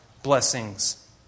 Blessings